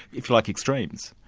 if you like, extremes.